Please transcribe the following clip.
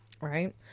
Right